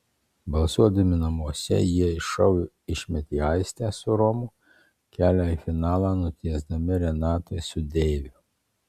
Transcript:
balsuodami namuose jie iš šou išmetė aistę su romu kelią į finalą nutiesdami renatai su deiviu